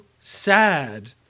sad